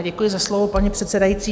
Děkuji za slovo, paní předsedající.